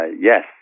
Yes